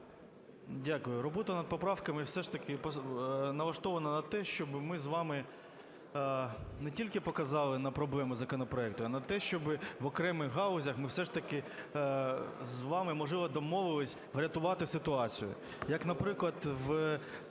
Дякую. Робота над поправками все ж таки налаштована на те, щоб ми з вами не тільки показали на проблеми законопроекту, а на те, щоби в окремих галузях ми все ж таки з вами, можливо, домовилися врятувати ситуацію. Як, наприклад, в